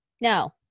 No